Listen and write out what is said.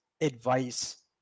advice